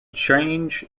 change